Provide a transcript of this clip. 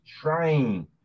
trying